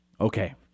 Okay